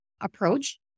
approach